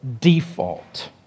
default